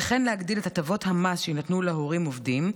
וכן להגדיל את הטבות המס שיינתנו להורים עובדים,